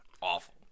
awful